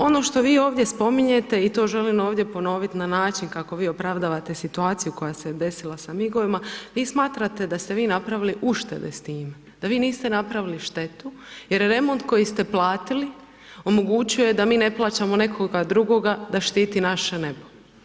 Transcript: Ono što vi ovdje spominjete i to želim ovdje ponovit na način kako vi opravdavate situaciju koja se je desila sa migovima, vi smatrate da ste vi napravili uštede s time, da vi niste napravili štetu jer remont koji ste platili, omogućio je da mi ne plaćamo nekoga drugoga da štiti naše nebo.